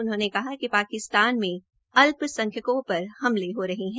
उन्होंने कहा कि पाकिस्तान में अल्पसंख्यकों पर हमले हो रहे है